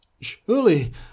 Surely